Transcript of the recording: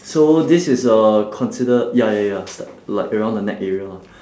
so this is uh considered ya ya ya li~ like around the neck area lah